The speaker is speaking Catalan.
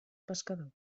pescador